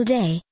day